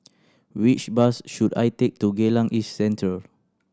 which bus should I take to Geylang East Central